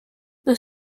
the